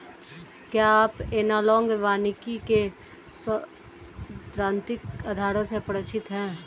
क्या आप एनालॉग वानिकी के सैद्धांतिक आधारों से परिचित हैं?